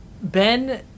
ben